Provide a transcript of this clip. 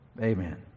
Amen